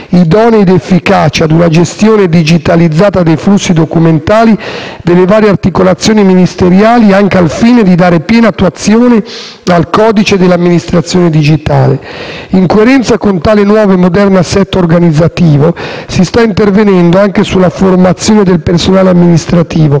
idonei ed efficaci a una gestione digitalizzata dei flussi documentali delle varie articolazioni ministeriali, anche al fine di dare piena attuazione al codice dell'amministrazione digitale. In coerenza con tale nuovo e moderno assetto organizzativo, si sta intervenendo anche sulla formazione del personale amministrativo